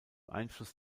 einfluss